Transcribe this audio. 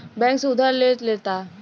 bank से उधार ले लेता